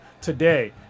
today